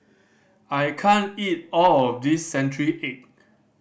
I can't eat all of this century egg